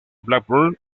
blackburn